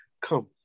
come